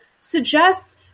suggests